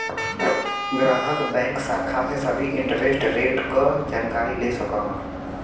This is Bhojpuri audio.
ग्राहक बैंक शाखा से भी इंटरेस्ट रेट क जानकारी ले सकलन